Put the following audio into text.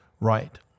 Right